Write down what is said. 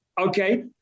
Okay